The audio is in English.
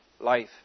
life